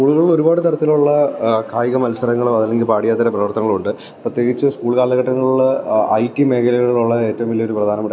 സ്കൂളുകളിൽ ഒരുപാട് തരത്തിലുള്ള കായിക മത്സരങ്ങളോ അതല്ലെങ്കിൽ പാഠ്യേതര പ്രവർത്തനങ്ങളുണ്ട് പ്രത്യേകിച്ച് സ്കൂൾ കാലഘട്ടങ്ങളിലുള്ള ഐ ടി മേഖലകളിലുള്ള ഏറ്റവും വലിയൊരു പ്രധാനപ്പെട്ട കാര്യമാണ്